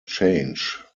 change